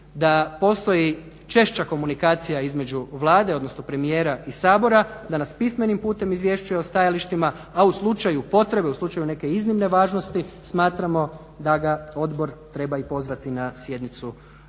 da postoji češća komunikacija između Vlade, odnosno premijera i Sabora da nas pismenim putem izvješćuje o stajalištima a u slučaju potrebe, u slučaju neke iznimne važnosti smatramo da ga odbora treba i pozvati na sjednicu